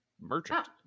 merchant